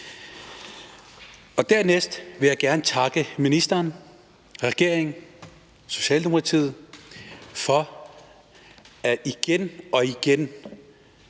Dernæst vil jeg gerne takke ministeren, regeringen, Socialdemokratiet for igen og igen